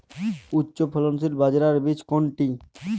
উচ্চফলনশীল বাজরার বীজ কোনটি?